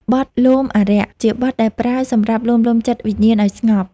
បទលោមអារក្ស ជាបទដែលប្រើសម្រាប់លួងលោមចិត្តវិញ្ញាណឱ្យស្ងប់។